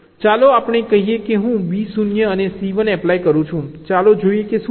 ચાલો આપણે કહીએ કે હું B 0 અને C 1 એપ્લાય કરું છું ચાલો જોઈએ કે શું થાય છે